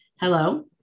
Hello